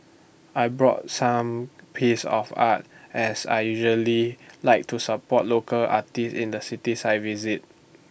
I bought some piece of art as I usually like to support local arty in the cities I visit